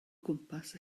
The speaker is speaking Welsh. gwmpas